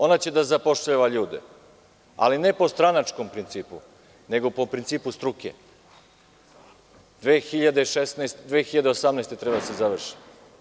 Ona će da zapošljava ljude, ali ne po stranačkom principu, nego po principu struke i 2018. godine treba da se završi.